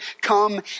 come